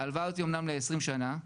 ההלוואה הזאת אמנם ל-20 שנה,